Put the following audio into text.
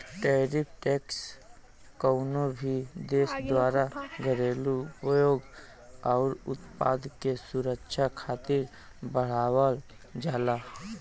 tariff tax कउनो भी देश द्वारा घरेलू उद्योग आउर उत्पाद के सुरक्षा खातिर बढ़ावल जाला